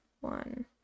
one